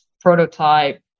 prototype